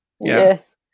Yes